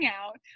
out